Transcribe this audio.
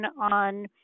on